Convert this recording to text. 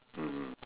mm mm